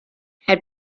had